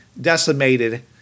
decimated